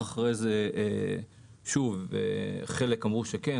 המשיך אחרי זה ושוב חלק אמרו שזה עונה,